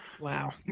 Wow